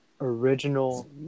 Original